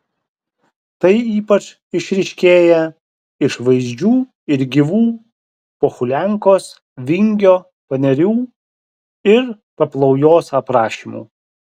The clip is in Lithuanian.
tai ypač išryškėja iš vaizdžių ir gyvų pohuliankos vingio panerių ir paplaujos aprašymų